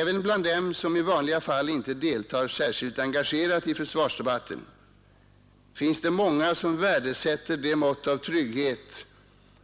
Även bland dem som i vanliga fall inte deltar särskilt engagerat i försvarsdebatten finns det många som värdesätter det mått av trygghet